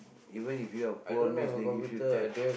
even if you are poor means they give you tab